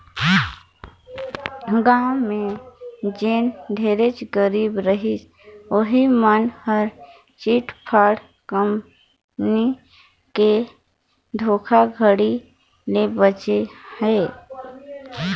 गाँव में जेन ढेरेच गरीब रहिस उहीं मन हर चिटफंड कंपनी के धोखाघड़ी ले बाचे हे